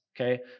Okay